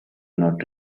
not